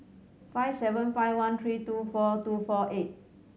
five seven five one three two four two four eight